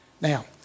Now